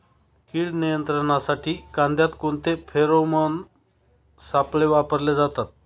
कीड नियंत्रणासाठी कांद्यात कोणते फेरोमोन सापळे वापरले जातात?